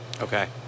Okay